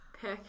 pick